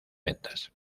ventas